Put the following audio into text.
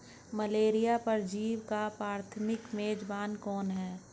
Malaria परजीवी का प्राथमिक मेजबान कौन है?